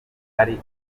ari